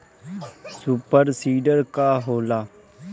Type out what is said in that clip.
Super seeder का होला?